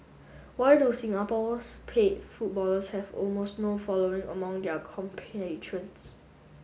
why do Singapore's paid footballers have almost no following among their